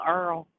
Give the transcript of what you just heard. Earl